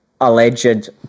alleged